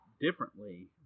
differently